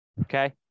Okay